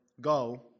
Go